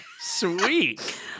Sweet